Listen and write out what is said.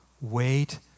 Wait